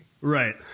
right